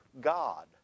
God